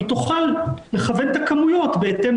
היא תוכל לכוון את הכמויות בהתאם